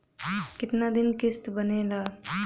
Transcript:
कितना दिन किस्त बनेला?